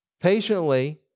patiently